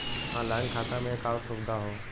online खाता में एक आउर सुविधा हौ